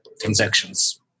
transactions